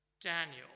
Daniel